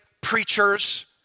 preachers